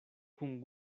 kun